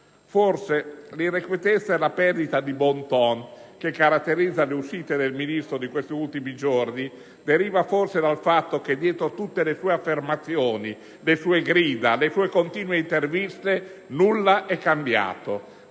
Forse l'irrequietezza e la perdita di *bon ton* che caratterizza le uscite di questi ultimi giorni del Ministro derivano dal fatto che dietro tutte le sue affermazioni, le sue grida, le sue continue interviste, nulla è cambiato.